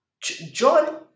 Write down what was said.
John